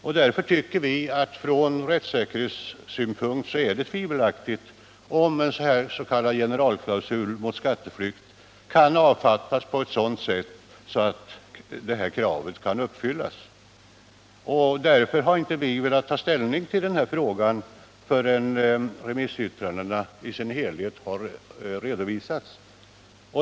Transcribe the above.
Vi tycker att det från rättssäkerhetssynpunkt är tvivelaktigt om en s.k. generalklausul mot skatteflykt kan avfattas på ett sådant sätt att detta krav tillgodoses. Därför har vi inte velat ta ställning till denna fråga förrän remissyttrandena i sin helhet har redovisats.